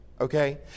okay